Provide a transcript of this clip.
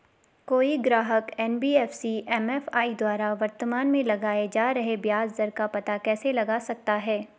कोई ग्राहक NBFC MFI द्वारा वर्तमान में लगाए जा रहे ब्याज दर का पता कैसे लगा सकता है?